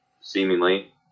seemingly